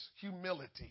humility